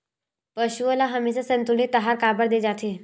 पशुओं ल हमेशा संतुलित आहार काबर दे जाथे?